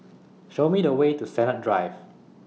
Show Me The Way to Sennett Drive